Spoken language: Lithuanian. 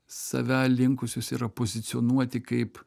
save linkusios yra pozicionuoti kaip